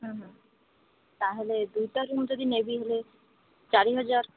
ହୁଁ ତାହେଲେ ଦୁଇଟା ରୁମ୍ ଯଦି ନେବି ହେଲେ ଚାରିହଜାର